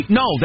no